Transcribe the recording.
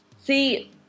See